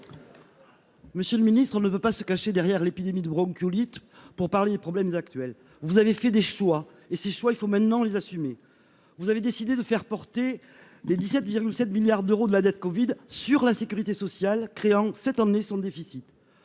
Monsieur le Ministre, ne veut pas se cacher derrière l'épidémie de bronchiolite pour parler des problèmes actuels, vous avez fait des choix et ces choix, il faut maintenant les assumer, vous avez décidé de faire porter les 17,7 milliards d'euros de la dette Covid sur la sécurité sociale, créant 7 emmener son déficit,